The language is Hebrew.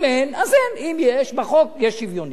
אם אין, אז אין, אם יש, בחוק תהיה שוויוניות.